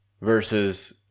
versus